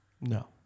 No